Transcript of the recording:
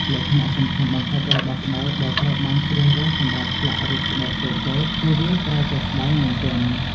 លក្ខណៈសំខាន់បំផុតរបស់ស្បែកដែលត្រូវបានជ្រើសរើសសម្រាប់ឆ្លាក់រូបស្បែកតូចៗ គឺវាត្រូវតែស្តើង និងទន់។